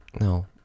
No